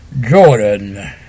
Jordan